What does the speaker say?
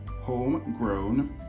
Homegrown